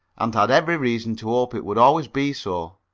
and had every reason to hope it would always be so